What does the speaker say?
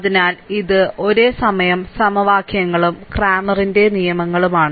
അതിനാൽ ഇത് ഒരേസമയം സമവാക്യങ്ങളും ക്രാമറിന്റെ നിയമവുമാണ്